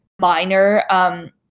minor